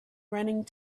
running